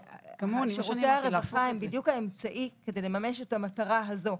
שירותי הרווחה הם בדיוק האמצעי כדי לממש את המטרה הזו.